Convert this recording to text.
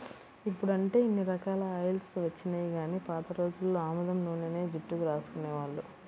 ఇప్పుడంటే ఇన్ని రకాల ఆయిల్స్ వచ్చినియ్యి గానీ పాత రోజుల్లో ఆముదం నూనెనే జుట్టుకు రాసుకునేవాళ్ళు